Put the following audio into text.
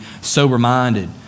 sober-minded